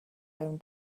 own